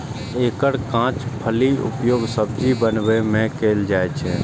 एकर कांच फलीक उपयोग सब्जी बनबै मे कैल जाइ छै